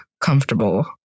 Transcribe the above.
comfortable